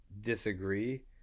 disagree